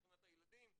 מבחינת הילדים,